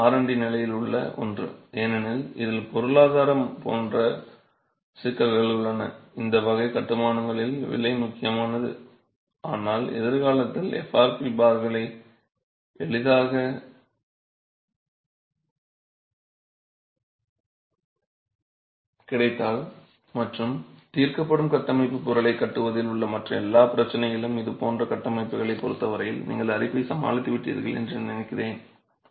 இது இன்னும் R D நிலையில் உள்ள ஒன்று ஏனெனில் இதில் பொருளாதாரம் போன்ற சிக்கல்கள் உள்ளன இந்த வகை கட்டுமானங்களின் விலை முக்கியமானது ஆனால் எதிர்காலத்தில் FRP பார்கள் எளிதாகக் கிடைத்தால் மற்றும் தீர்க்கப்படும் கட்டமைப்புப் பொருளைக் கட்டுவதில் உள்ள மற்ற எல்லாப் பிரச்சனைகளும் இது போன்ற கட்டமைப்புகளைப் பொறுத்த வரையில் நீங்கள் அரிப்பைச் சமாளித்துவிட்டீர்கள் என்று நினைக்கிறேன்